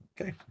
Okay